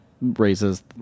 raises